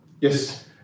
Yes